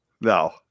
No